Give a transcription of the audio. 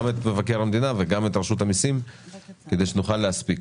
את מבקר המדינה וגם את רשות המיסים כדי שנוכל להספיק.